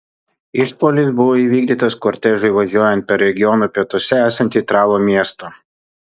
išpuolis buvo įvykdytas kortežui važiuojant per regiono pietuose esantį tralo miestą